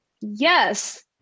yes